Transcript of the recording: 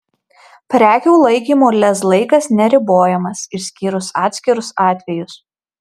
prekių laikymo lez laikas neribojamas išskyrus atskirus atvejus